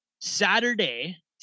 Saturday